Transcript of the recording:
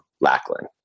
Lackland